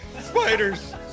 Spiders